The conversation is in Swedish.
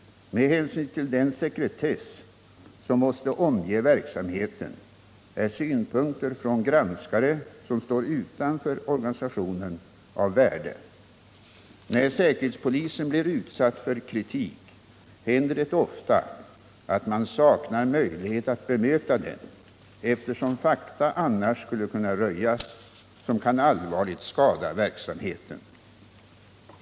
Med hänsyn till den sekretess som måste omge verksamheten är synpunkter från granskare som står utanför organisationen av värde. När säkerhetspolisen blir utsatt för kritik händer det ofta att man saknar möjlighet att bemöta den, eftersom fakta annars skulle kunna röjas som kan allvarligt skada verksamheten.